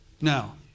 now